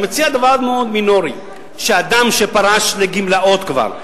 אני מציע דבר מאוד מינורי: שאדם שפרש לגמלאות כבר,